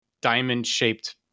diamond-shaped